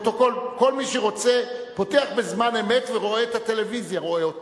כל מי שרוצה פותח בזמן אמת את הטלוויזיה ורואה,